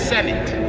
Senate